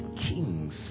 kings